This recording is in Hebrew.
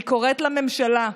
אני קוראת לממשלה: